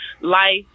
life